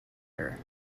her